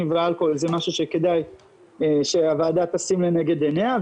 ואלכוהול זה משהו שכדאי שהוועדה תשים לנגד עיניה.